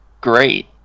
Great